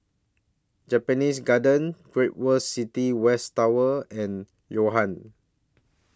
Japanese Garden Great World City West Tower and Yo Ham